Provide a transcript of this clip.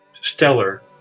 stellar